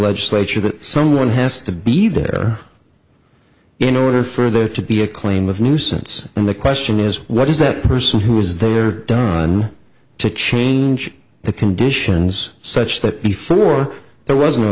legislature that someone has to be there in order for there to be a claim of nuisance and the question is what is that person who was there done to change the conditions such that before there wasn't a